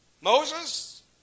Moses